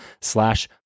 slash